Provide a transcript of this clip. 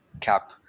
cap